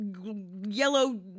yellow